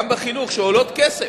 גם בחינוך שעולות כסף,